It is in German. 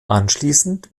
anschließend